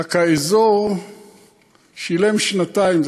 רק האזור שילם שנתיים,